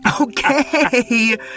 Okay